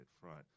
Front